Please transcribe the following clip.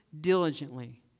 diligently